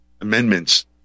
amendments